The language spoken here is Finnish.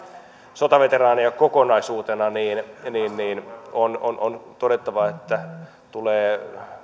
sotaveteraaneihin kokonaisuutena niin on on todettava että tulee